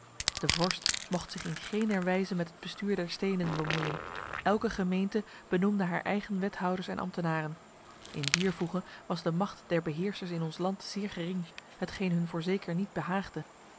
de vorst mocht zich in gener wijze met het bestuur der steden bemoeien elke gemeente benoemde haar eigen wethouders en ambtenaren in dier voege was de macht der beheersers in ons land zeer gering hetgeen hun voorzeker niet behaagde